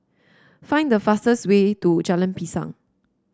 find the fastest way to Jalan Pisang